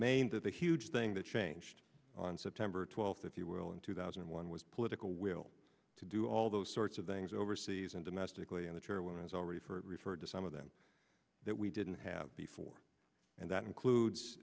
main that the huge thing that changed on september twelfth at the world in two thousand and one was political will to do all those sorts of things overseas and domestically in the chair when i was all ready for it referred to some of them that we didn't have before and that includes